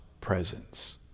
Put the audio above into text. presence